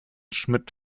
schmitt